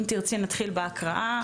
אתחיל בהקראה.